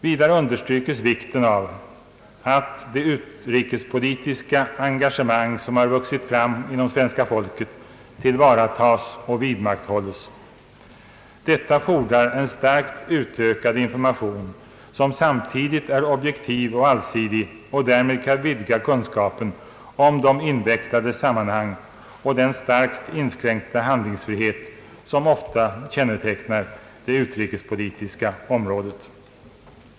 Vidare understrykes vikten av att det utrikespolitiska engagemang som har vuxit fram inom svenska folket tillvaratas och vidmakthålles. Detta fordrar en starkt utökad information som samtidigt är objektiv och allsidig och därmed kan vidga kunskapen om de invecklade sammanhang och den starkt inskränkta handlingsfrihet som ofta kännetecknar det utrikespolitiska området.